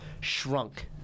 shrunk